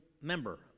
member